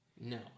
No